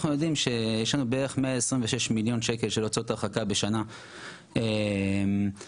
של הוצאות הרחקה בשנה של שוהים בלתי חוקיים בישראל,